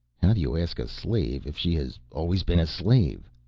how do you ask a slave if she has always been a slave?